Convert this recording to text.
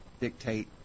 dictate